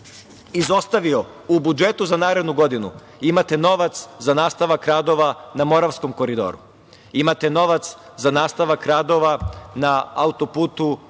izostavio u budžetu za narednu godinu, imate novac za nastavak radova na Moravskom koridoru, imate novac za nastavak radova na autoputu